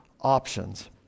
options